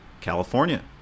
California